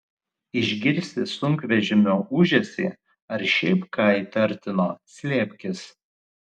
išgirsi sunkvežimio ūžesį ar šiaip ką įtartino slėpkis